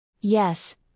Yes